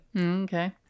okay